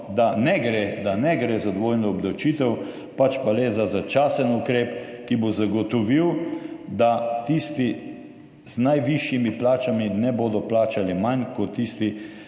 da ne gre za dvojno obdavčitev, pač pa le za začasen ukrep, ki bo zagotovil, da tisti z najvišjimi plačami ne bodo plačali manj kot tisti